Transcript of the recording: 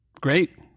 Great